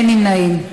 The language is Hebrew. לא נתקבלה.